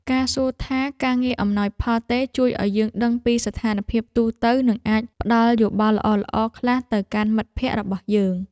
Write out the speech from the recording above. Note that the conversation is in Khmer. ការសួរថាការងារអំណោយផលទេជួយឱ្យយើងដឹងពីស្ថានភាពទូទៅនិងអាចផ្ដល់យោបល់ល្អៗខ្លះទៅកាន់មិត្តភក្តិរបស់យើង។